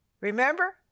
remember